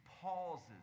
pauses